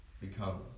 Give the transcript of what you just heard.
become